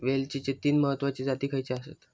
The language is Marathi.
वेलचीचे तीन महत्वाचे जाती खयचे आसत?